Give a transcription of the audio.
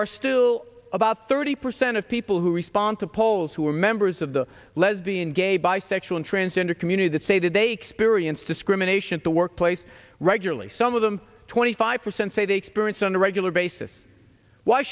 are still about thirty percent of people who respond to polls who are members of the lesbian gay bisexual transgender community that say that they experienced discrimination the workplace regularly some of them twenty five percent say they experience on a regular basis why